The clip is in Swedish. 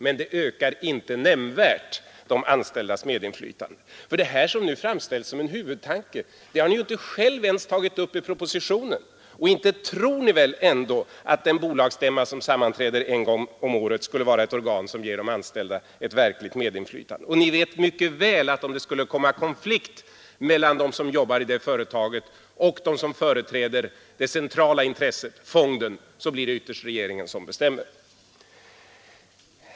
Men det ökar inte nämnvärt de anställdas medinflytande. Detta som nu framställs som en huvudtanke har ni ju inte själva ens tagit upp i propositionen. Och inte tror ni väl ändå att en bolagsstämma som sammanträder en gång om året skulle vara ett organ som ger de anställda ett verkligt medinflytande? Ni vet mycket väl att om det skulle bli konflikt mellan dem som jobbar i företaget och dem som företräder det centrala intresset, fonden, så blir det ytterst regeringen som bestämmer.